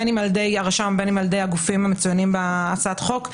בין אם על-ידי הרשם ובין אם על-ידי הגופים המצוינים בהצעת החוק,